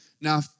Now